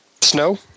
Snow